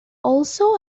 also